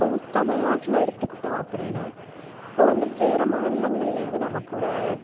இப்போது தமிழ் நாட்டில் எடுத்துகிட்டோம் அப்படின்னா இப்போ வந்து வேறு மாநிலங்கள்லேருந்து நம்ம கூட